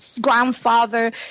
grandfather